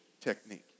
technique